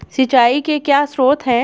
सिंचाई के क्या स्रोत हैं?